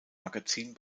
magazin